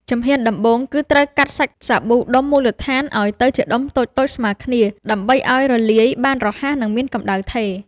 ជំហានដំបូងគឺត្រូវកាត់សាច់សាប៊ូដុំមូលដ្ឋានឱ្យទៅជាដុំតូចៗស្មើគ្នា ដើម្បីឱ្យវារលាយបានរហ័ស និងមានកម្ដៅថេរ។